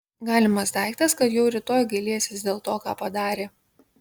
galimas daiktas kad jau rytoj gailėsis dėl to ką padarė